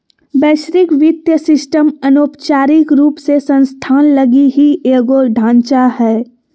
वैश्विक वित्तीय सिस्टम अनौपचारिक रूप से संस्थान लगी ही एगो ढांचा हय